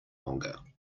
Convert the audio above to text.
longer